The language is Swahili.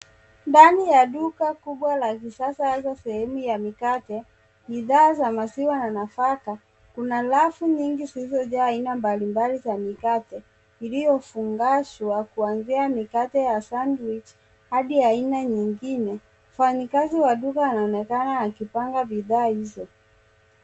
Ndani ya duka la kisasa hasa sehemu ya mikate bidhaa za maziwa na nafaka. Kuna rafu nyingi zilizojaa aina mbalimbali za mikate iliyofungashwa kuanzia mikate ya sandwich hadi aina nyingine. Mfanyikazi wa duka anaonekana akipanga bidhaa hizo.